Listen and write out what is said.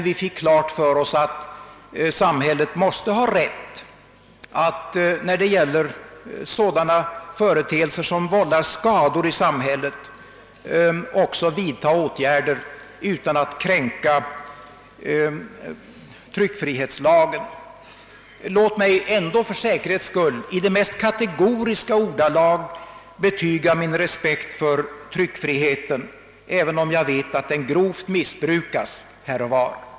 Vi fick då klart för oss att det allmänna måste ha rättighet att när det gäller sådana företeelser som vållar skador i samhället också vidta åtgärder utan att därmed kränka lagen om tryckfrihet. Låt mig ändå, för säkerhets skull, i de mest kategoriska ordalag betyga min respekt för tryckfriheten, även om jag vet att den grovt missbrukas här och var!